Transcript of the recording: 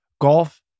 Golf